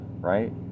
right